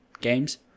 games